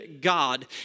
God